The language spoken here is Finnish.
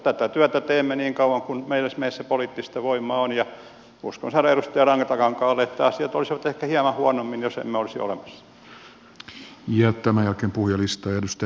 tätä työtä teemme niin kauan kuin meissä poliittista voimaa on ja uskallan sanoa edustaja rantakankaalle että asiat olisivat ehkä hieman huonommin jos emme olisi olemassa